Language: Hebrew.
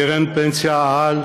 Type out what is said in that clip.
"קרן פנסיה ה.ע.ל"